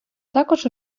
також